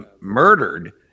murdered